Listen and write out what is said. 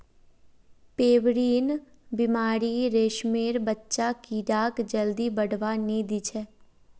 pebrine बीमारी रेशमेर बच्चा कीड़ाक जल्दी बढ़वा नी दिछेक